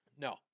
No